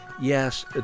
Yes